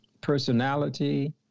personality